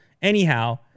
Anyhow